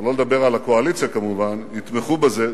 שלא לדבר על הקואליציה כמובן, יתמכו בזה.